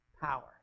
power